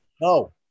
No